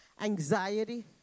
anxiety